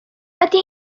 ydy